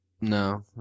No